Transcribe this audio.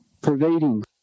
pervading